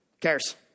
cares